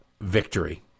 victory